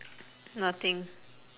nothing